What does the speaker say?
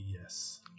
Yes